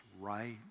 right